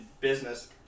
business